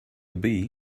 bee